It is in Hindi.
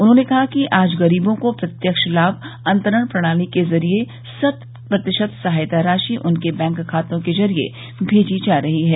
उन्होंने कहा कि आज गरीबों को प्रत्यक्ष लाभ अंतरण प्रणाली के जरिए शत प्रतिशत सहायता राशि उनके बैंक खातों कें जरिए भेजी जा रही है